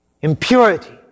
impurity